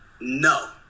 No